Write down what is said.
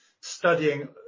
studying